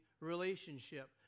relationship